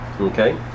Okay